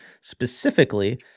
Specifically